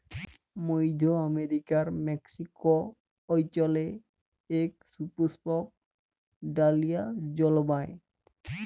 মইধ্য আমেরিকার মেক্সিক অল্চলে ইক সুপুস্পক ডালিয়া জল্মায়